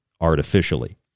artificially